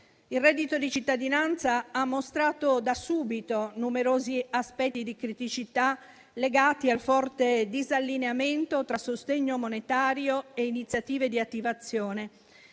Il reddito di cittadinanza ha mostrato da subito numerosi aspetti di criticità legati al forte disallineamento tra sostegno monetario e iniziative di attivazione,